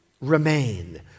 remain